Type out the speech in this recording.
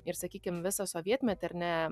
ir sakykim visą sovietmetį ar ne